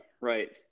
right